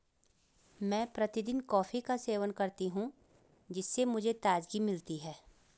मैं प्रतिदिन कॉफी का सेवन करती हूं जिससे मुझे ताजगी मिलती है